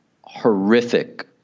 horrific